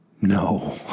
No